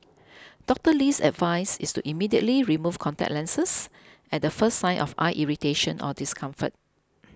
Doctor Lee's advice is to immediately remove contact lenses at the first sign of eye irritation or discomfort